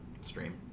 stream